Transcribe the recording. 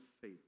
faith